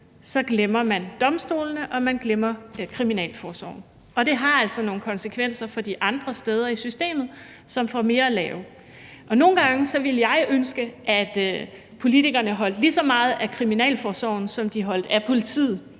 så glemmer man domstolene, og man glemmer kriminalforsorgen. Og det har altså nogle konsekvenser for de andre steder i systemet, som får mere at lave. Nogle gange ville jeg ønske, at politikerne holdt præcis lige så meget af kriminalforsorgen, som de holdt af politiet,